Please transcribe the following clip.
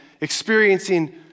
experiencing